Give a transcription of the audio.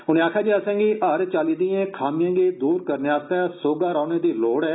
उनें आक्खेया जे असेंगी हर चाली दियें खामियें गी दूर करने आस्तै सौहगा रौहने दी जरुरत ऐ